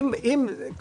אם החוק היה מדבר,